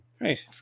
Right